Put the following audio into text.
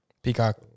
Peacock